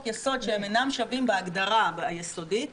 יסוד שהם שווים בהגדרה היסודית בעייתית,